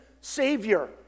savior